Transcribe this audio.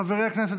חברי הכנסת,